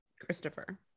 Christopher